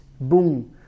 Boom